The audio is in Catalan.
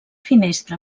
finestra